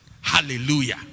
Hallelujah